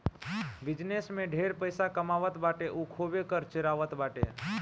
business में जे ढेर पइसा कमात बाटे उ खूबे कर चोरावत बाटे